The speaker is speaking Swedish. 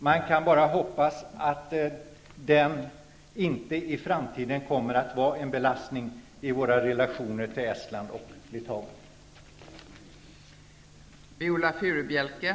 Man kan bara hoppas att det inte i framtiden kommer att vara en belastning i våra relationer till Estland och Litauen.